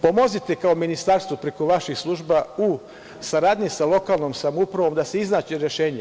Pomozite kao ministarstvo preko vaših služba u saradnji sa lokalnom samoupravom da se iznađe rešenje.